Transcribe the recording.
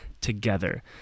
together